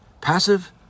Passive